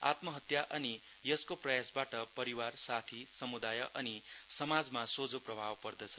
आत्महत्या अनि यसको प्रयासबाट परिवार साथी समुदाय अनि समाजमा सोझो प्रभाव पर्दछ